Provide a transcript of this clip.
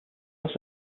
also